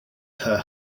her